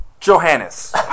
Johannes